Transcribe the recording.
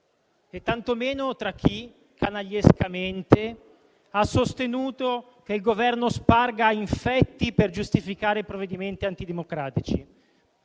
né tantomeno tra chi - canagliescamente - ha sostenuto che il Governo sparga infetti per giustificare i provvedimenti antidemocratici.